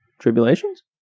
Tribulations